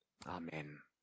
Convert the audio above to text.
Amen